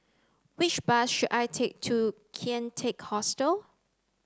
which bus should I take to Kian Teck Hostel